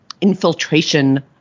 infiltration